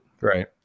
Right